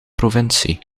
provincie